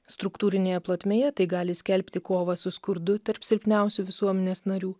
struktūrinėje plotmėje tai gali skelbti kovą su skurdu tarp silpniausių visuomenės narių